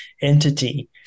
entity